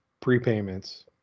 prepayments